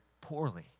poorly